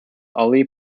ali